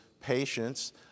patients